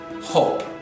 Hope